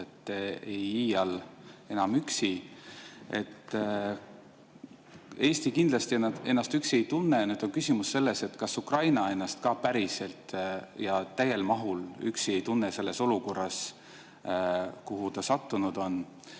ei iial enam üksi. Eesti kindlasti ennast üksi ei tunne. Nüüd on küsimus selles, kas Ukraina ennast päriselt ka täiesti üksi ei tunne selles olukorras, kuhu ta on sattunud.